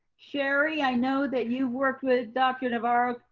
sherry, i know that you worked with dr. navarro.